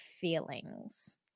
feelings